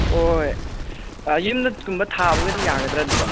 ꯍꯣꯏ ꯌꯨꯝꯗꯒꯨꯝꯕ ꯊꯥꯕꯒꯗꯤ ꯌꯥꯒꯗ꯭ꯔꯥ ꯑꯗꯨꯗꯣ